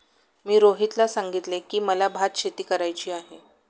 मी रोहितला सांगितले की, मला भातशेती करायची आहे